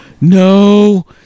no